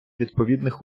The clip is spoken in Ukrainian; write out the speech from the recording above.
відповідних